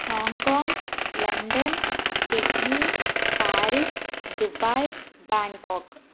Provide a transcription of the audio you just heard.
Hong Kong London Sydney Paris Dubai Bangkok